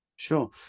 Sure